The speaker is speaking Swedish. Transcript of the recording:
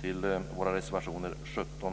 till våra reservationer 17